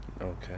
okay